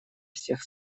всех